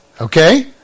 Okay